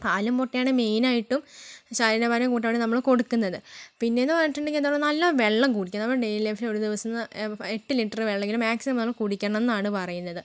പാലും മുട്ടയാണ് മെയിൻ ആയിട്ടും ശരീരഭാരം കൂട്ടാൻ വേണ്ടി നമ്മൾ കൊടുക്കുന്നത് പിന്നെ എന്ന് പറഞ്ഞിട്ടുണ്ടെങ്കിൽ എന്താണ് പറയുക നല്ല വെള്ളം കുടിക്കുക നമ്മൾ ഡെയിലി ലൈഫിൽ ഒരു ദിവസം എട്ട് ലിറ്റർ വെള്ളം എങ്കിലും മാക്സിമം നമ്മൾ കുടിക്കണം എന്നാണ് പറയുന്നത്